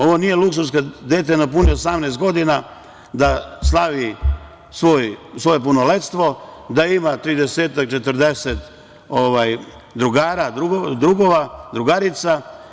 Ovo nije luksuz kad dete napuni 18 godina da slavi svoje punoletstvo, da ima tridesetak, četrdeset drugara, drugova, drugarica.